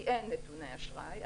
כי אין נתוני אשראי,